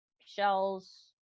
shells